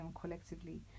collectively